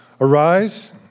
arise